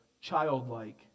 childlike